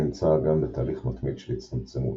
נמצא האגם בתהליך מתמיד של הצטמצמות,